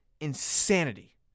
insanity